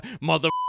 mother